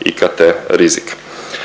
IKT rizik.